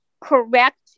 correct